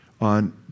on